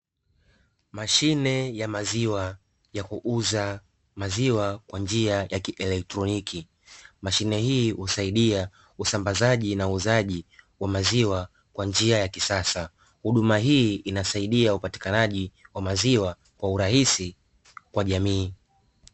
Mashine ya maziwa ya kuuza maziwa kwa njia ya kielektroniki. Mashine hii husaidia usambazaji na uuzaji wa maziwa kwa njia ya kisasa. Huduma hii inasaidia upatikanaji wa maziwa kwa urahisi kwa jamii.